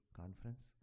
conference